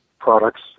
products